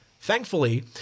Thankfully